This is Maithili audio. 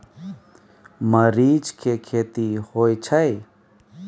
मरीच के खेती होय छय?